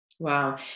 Wow